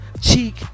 Cheek